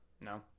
No